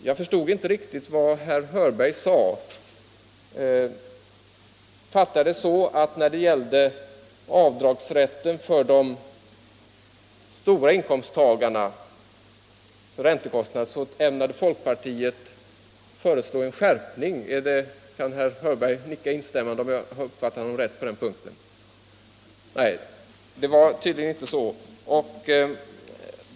Jag förstod kanske inte riktigt vad herr Hörberg sade, men jag fattade det så, att när det gällde de stora inkomsttagarnas 127 rätt till avdrag för räntekostnader ämnade folkpartiet föreslå en skärpning. Kan herr Hörberg nicka instämmande om jag har uppfattat honom rätt på den punkten? — Nej, det var tydligen inte så.